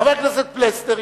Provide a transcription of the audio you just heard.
חבר הכנסת פלסנר,